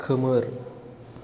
खोमोर